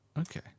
Okay